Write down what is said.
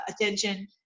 attention